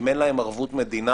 אם אין להם ערבות מדינה,